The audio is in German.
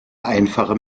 einfache